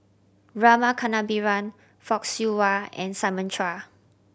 Rama Kannabiran Fock Siew Wah and Simon Chua